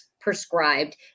prescribed